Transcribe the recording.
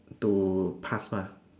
to past mah